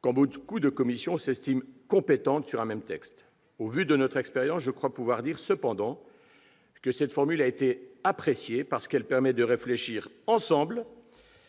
quand plusieurs commissions s'estiment compétentes sur un même texte. Au vu de notre expérience, je crois pouvoir dire cependant que cette formule a été appréciée, parce qu'elle permet de réfléchir ensemble,